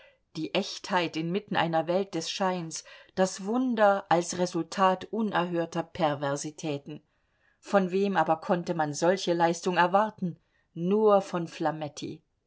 die echtheit inmitten einer welt des scheins das wunder als resultat unerhörter perversitäten von wem aber konnte man solche leistung erwarten nur von